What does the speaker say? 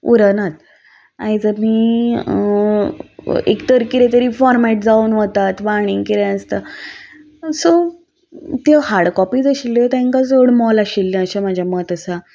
उरनात आयज आमी एक तर कितें तरी फॉरमेट जावन वतात वा आनी कितें आसता सो त्यो हार्ड कॉपीज आशिल्ल्यो तांकां चड मॉल आशिल्लें अशें म्हजें मत आसा